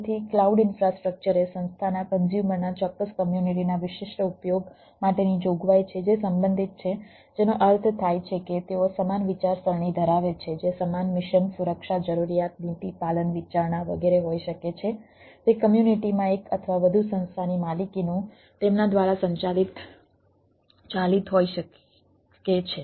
તેથી cloud infrastructure એ સંસ્થાના કન્ઝ્યુમરના ચોક્કસ કમ્યુનિટીના વિશિષ્ટ ઉપયોગ માટેની જોગવાઈ છે જે સંબંધિત છે જેનો અર્થ થાય છે કે તેઓ સમાન વિચારસરણી ધરાવે છે જે સમાન મિશન સુરક્ષા જરૂરિયાત નીતિ પાલન વિચારણા વગેરે હોઈ શકે છે તે કમ્યુનિટીમાં એક અથવા વધુ સંસ્થાની માલિકીનું તેમના દ્વારા સંચાલિત ચાલિત હોઈ શકે છે